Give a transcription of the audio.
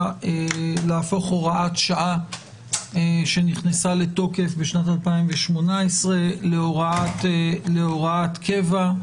להפוך הוראת שעה שנכנסה לתוקף בשנת 2018 להוראת קבע.